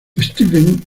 stevens